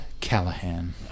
Callahan